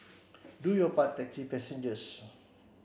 do your part taxi passengers